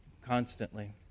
constantly